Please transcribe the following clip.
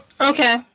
Okay